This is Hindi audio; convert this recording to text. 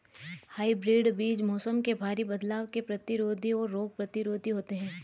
हाइब्रिड बीज मौसम में भारी बदलाव के प्रतिरोधी और रोग प्रतिरोधी होते हैं